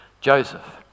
Joseph